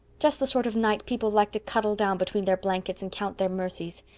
just the sort of night people like to cuddle down between their blankets and count their mercies,